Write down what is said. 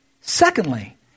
Secondly